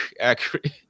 accurate